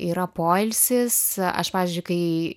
yra poilsis aš pavyzdžiui kai